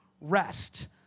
rest